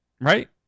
Right